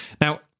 Now